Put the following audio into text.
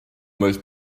most